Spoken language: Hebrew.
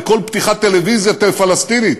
וכל פתיחת טלוויזיה פלסטינית,